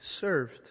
served